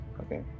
Okay